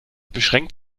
beschränkt